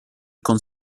con